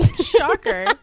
Shocker